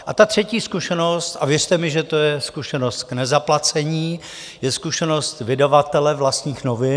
A ta třetí zkušenost, a věřte mi, že to je zkušenost k nezaplacení, je zkušenost vydavatele vlastních novin